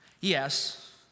Yes